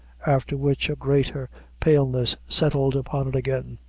after which, a greater paleness settled upon it again.